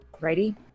Ready